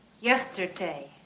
yesterday